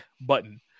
button